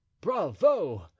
Bravo